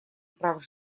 прав